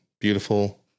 beautiful